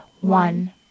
One